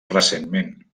recentment